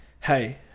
hey